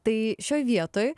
tai šioj vietoj